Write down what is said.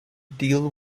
deal